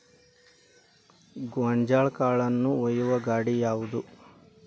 ಗೋಂಜಾಳ ಕಾಳುಗಳನ್ನು ಒಯ್ಯುವ ಗಾಡಿ ಯಾವದು?